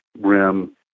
rim